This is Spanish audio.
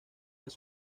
las